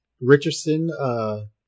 Richardson